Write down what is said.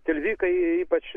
tilvikai ypač